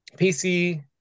PC